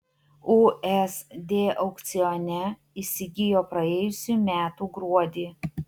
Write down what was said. usd aukcione įsigijo praėjusių metų gruodį